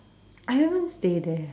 I haven't stay there